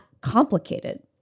complicated